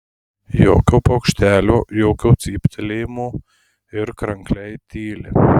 jokio paukštelio jokio cyptelėjimo ir krankliai tyli